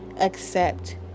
accept